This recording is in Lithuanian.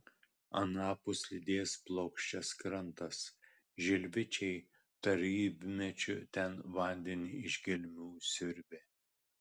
anapus lydės plokščias krantas žilvičiai tarybmečiu ten vandenį iš gelmių siurbė